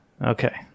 Okay